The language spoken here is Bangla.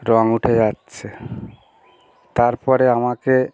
রঙ উঠে যাচ্ছে তার পরে আমাকে